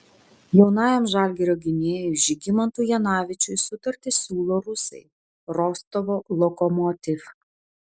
jaunajam žalgirio gynėjui žygimantui janavičiui sutartį siūlo rusai rostovo lokomotiv